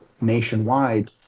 nationwide